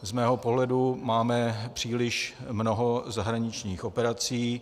Z mého pohledu máme příliš mnoho zahraničních operací.